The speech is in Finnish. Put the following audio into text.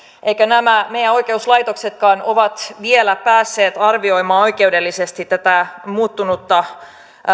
eivätkä nämä meidän oikeuslaitoksetkaan ole vielä päässeet arvioimaan oikeudellisesti tätä muuttunutta